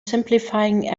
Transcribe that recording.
simplifying